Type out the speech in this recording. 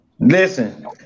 Listen